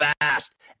fast